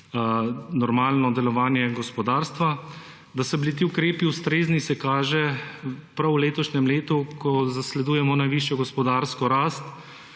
normalno delovanje gospodarstva. Da so bili ti ukrepi ustrezni, se kaže prav v letošnjem letu, ko zasledujemo najvišjo gospodarsko rast,